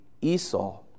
Esau